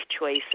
choice